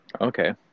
Okay